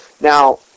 Now